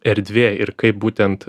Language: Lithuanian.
erdvė ir kaip būtent